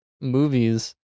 movies